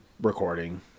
recording